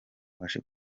abashe